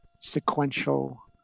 sequential